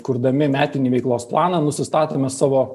kurdami metinį veiklos planą nusistatome savo